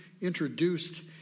introduced